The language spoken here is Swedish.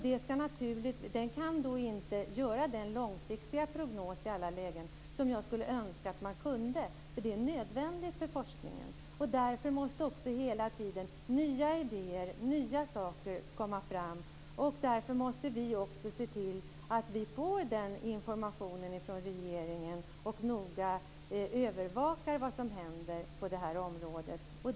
De kan då inte göra den långsiktiga prognos i alla lägen som jag skulle önska att de kunde, därför att det är nödvändigt för forskningen. Därför måste också hela tiden nya idéer och nya saker komma fram. Därför måste vi se till att vi får den informationen från regeringen och noga övervakar vad som händer på det här området.